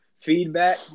feedback